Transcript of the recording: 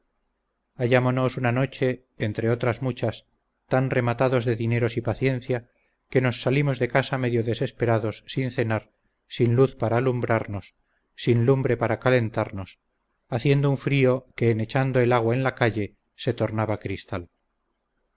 hallámonos una noche entre otras muchas tan rematados de dineros y paciencia que nos salimos de casa medio desesperados sin cenar sin luz para alumbrarnos sin lumbre para calentarnos haciendo un frío que en echando el agua en la calle se tornaba cristal